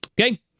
Okay